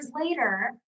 later